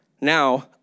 Now